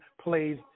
plays